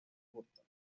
burton